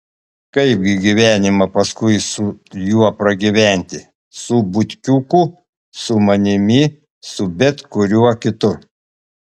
kaipgi gyvenimą paskui su juo pragyventi su butkiuku su manimi su bet kuriuo kitu